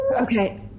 Okay